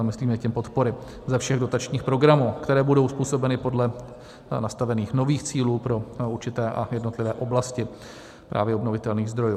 Myslíme tím podpory ze všech dotačních programů, které budou uzpůsobeny podle nastavených nových cílů pro určité a jednotlivé oblasti právě obnovitelných zdrojů.